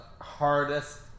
hardest